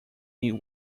new